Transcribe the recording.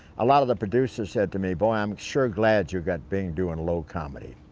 a lot of the producers said to me, boy i'm sure glad you got bing doing low comedy,